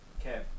Okay